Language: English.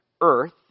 earth